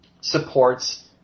supports